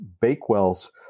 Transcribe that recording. Bakewell's